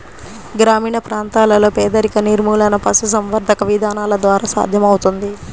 గ్రామీణ ప్రాంతాలలో పేదరిక నిర్మూలన పశుసంవర్ధక విధానాల ద్వారా సాధ్యమవుతుంది